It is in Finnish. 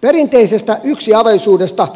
perinteisestä yksiavioisesta